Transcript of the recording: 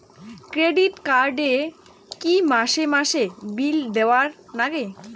Credit card এ কি মাসে মাসে বিল দেওয়ার লাগে?